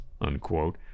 Unquote